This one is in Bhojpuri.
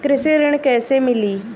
कृषि ऋण कैसे मिली?